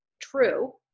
true